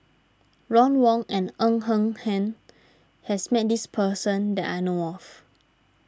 Ron Wong and Ng Eng Hen has met this person that I know of